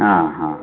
आ हा